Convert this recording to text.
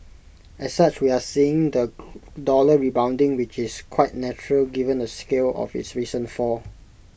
as such we are seeing the dollar rebounding which is quite natural given the scale of its recent fall